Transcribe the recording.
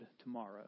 tomorrow